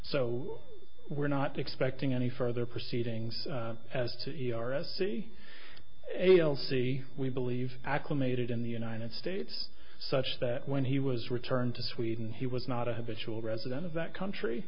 so we're not expecting any further proceedings as to ers e a l c we believe acclimated in the united states such that when he was returned to sweden he was not a habitual resident of that country